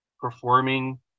performing